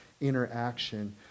interaction